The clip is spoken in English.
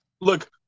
Look